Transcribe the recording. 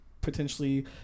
potentially